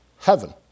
heaven